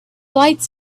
lights